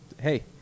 Hey